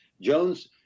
Jones